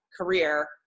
career